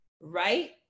right